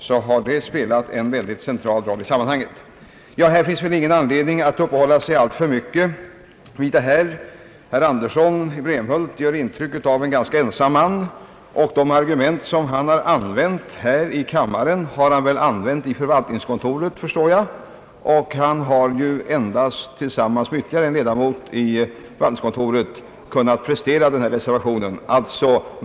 Men det finns ingen anledning att uppehålla sig alltför mycket vid det här. Herr Torsten Andersson gör intryck av att vara en ganska ensam man i denna fråga, och de argument han använt här i kammaren har han väl också använt vid sammanträden med förvaltningskontorets styrelse. Han har endast tillsammans med ytterligare en ledamot i förvaltningskontoret kunnat prestera den aktuella reservationen.